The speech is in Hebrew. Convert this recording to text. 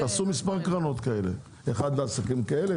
תעשו מספר קרנות כאלה אחת לעסקים כאלה,